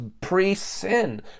pre-sin